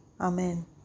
Amen